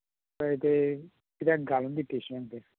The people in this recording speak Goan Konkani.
हय तें कित्याक घालून दी पिशवेन बी